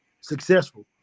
successful